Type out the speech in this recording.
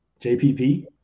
JPP